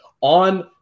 on